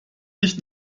dich